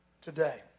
today